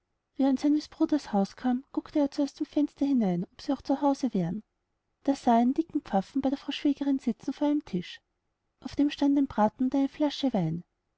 an seines bruders haus kam guckte er erst zum fenster hinein ob sie auch zu haus wären da sah er einen dicken pfaffen bei der frau schwägerin sitzen vor einem tisch auf dem stand ein braten und eine flasche wein